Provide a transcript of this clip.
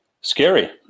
Scary